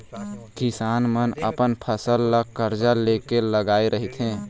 किसान मन अपन फसल ल करजा ले के लगाए रहिथे